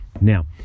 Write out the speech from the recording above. now